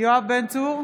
יואב בן צור,